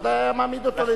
ודאי היה מעמיד אותו לדין.